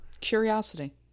Curiosity